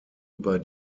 über